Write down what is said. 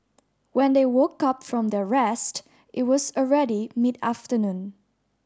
when they woke up from their rest it was already mid afternoon